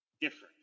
different